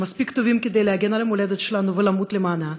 שמספיק טובים כדי להגן על המולדת שלנו ולמות למענה,